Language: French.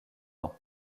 temps